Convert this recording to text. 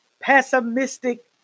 pessimistic